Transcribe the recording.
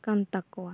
ᱠᱟᱱ ᱛᱟᱠᱚᱭᱟ